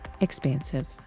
expansive